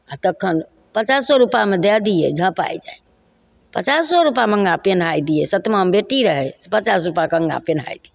आओर तखन पचासो रुपामे दै दिए झपै जाइ पचासो रुपामे अङ्गा पहिनाइ दिए सतमामे बेटी रहै से पचासो रुपामे अङ्गा पहिनाइ दिए